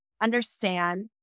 understand